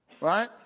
Right